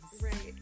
Right